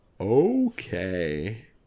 Okay